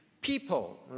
people